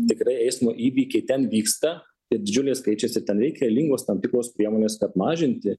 tikrai eismo įvykiai ten vyksta didžiuliai skaičiai ir tem reikalingos tam tikros priemonės kad mažinti